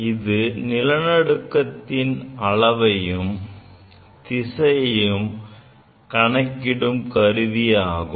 இது நிலநடுக்கத்தின் அளவையும் திசையையும் கணக்கிடும் கருவி ஆகும்